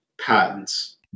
patents